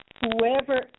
whoever